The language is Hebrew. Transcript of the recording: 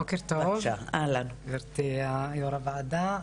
בוקר טוב גבירתי יושבת ראש הוועדה.